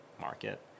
market